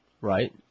Right